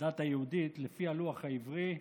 הדת היהודית, לפי הלוח העברי,